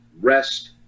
rest